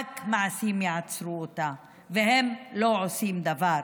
רק מעשים יעצרו אותה, והם לא עושים דבר.